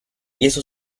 hizo